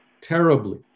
terribly